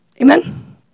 Amen